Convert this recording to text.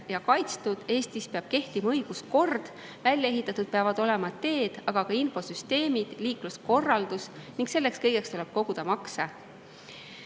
ja kaitstud. Eestis peab kehtima õiguskord, välja ehitatud peavad olema teed, aga ka infosüsteemid, peab olema liikluskorraldus ning selleks kõigeks tuleb koguda makse.